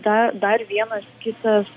da dar vienas kitas